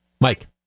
Mike